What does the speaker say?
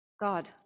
God